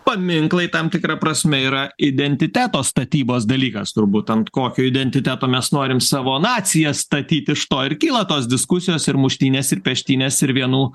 paminklai tam tikra prasme yra identiteto statybos dalykas turbūt ant kokio identiteto mes norim savo naciją statyti iš to ir kyla tos diskusijos ir muštynės ir peštynės ir vienų